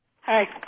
Hi